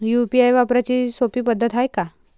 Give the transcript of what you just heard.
UPI वापराची सोपी पद्धत हाय का?